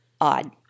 Odd